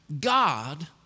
God